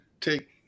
take